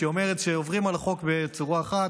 שאומרת שכשעוברים על החוק בצורה אחת,